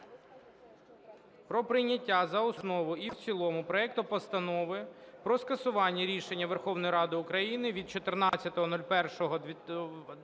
про прийняття за основу і в цілому проект Постанови про скасування рішення Верховної Ради України від 14.01.2020